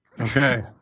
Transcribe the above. Okay